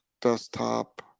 desktop